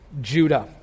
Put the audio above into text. Judah